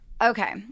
okay